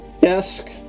Desk